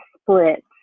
split